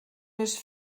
més